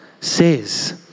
says